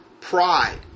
Pride